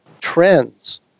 trends